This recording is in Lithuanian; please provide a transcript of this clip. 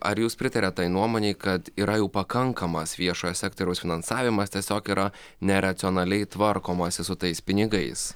ar jūs pritariat tai nuomonei kad yra jau pakankamas viešojo sektoriaus finansavimas tiesiog yra neracionaliai tvarkomasi su tais pinigais